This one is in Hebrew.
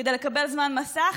כדי לקבל זמן מסך.